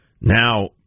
Now